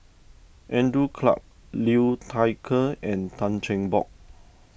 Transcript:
Andrew Clarke Liu Thai Ker and Tan Cheng Bock